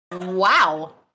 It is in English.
Wow